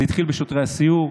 זה התחיל בשוטרי הסיור,